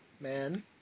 man